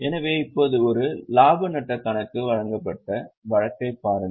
எனவே இப்போது ஒரு இலாப நட்டக் கணக்கு வழங்கப்பட்ட வழக்கைப் பாருங்கள்